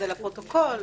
זה לפרוטוקול.